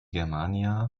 germania